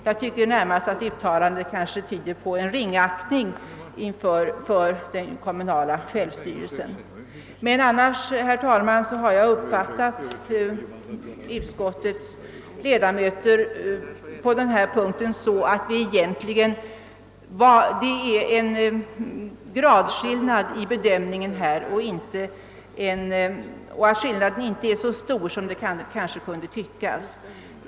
Jag tycker närmast att detta uttalande tyder på en ringaktning för den kommunala självstyrelsen. Men i övrigt har jag uppfattat utskottets behandling av denna punkt på det sättet, att det egentligen endast är en gradskillnad i bedömningen och att skillnaden i uppfattning alltså inte är så stor som det kan tyckas.